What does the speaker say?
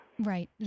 Right